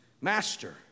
Master